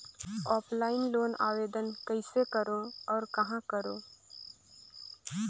Offline loan आवेदन कइसे करो और कहाँ करो?